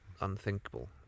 unthinkable